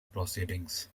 proceedings